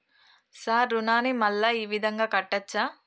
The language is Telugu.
సార్ రుణాన్ని మళ్ళా ఈ విధంగా కట్టచ్చా?